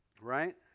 right